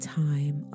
time